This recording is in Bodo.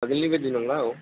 आगोलनिबादि नंला औ